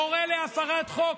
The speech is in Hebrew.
קורא להפרת חוק.